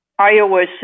iOS